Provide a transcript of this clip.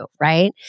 right